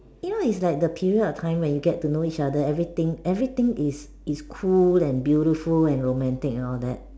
you know it's like the period of time when you get to know each other everything everything is is cool and beautiful and romantic and all that